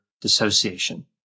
dissociation